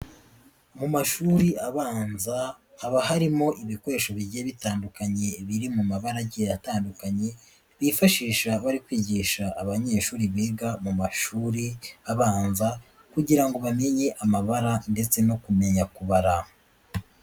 Mu mashuri abanza haba harimo ibikoresho bijye bitandukanye biri mu mabara agiye atandukanye bifashisha bari kwigisha abanyeshuri biga mu mashuri abanza kugira ngo bamenye amabara ndetse no kumenya kubara.